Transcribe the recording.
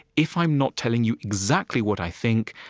if i'm not telling you exactly what i think,